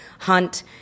hunt